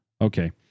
Okay